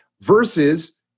Versus